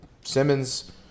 Simmons